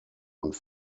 und